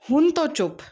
ਹੁਣ ਤੋਂ ਚੁੱਪ